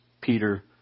Peter